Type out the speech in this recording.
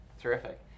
Terrific